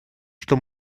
что